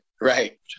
right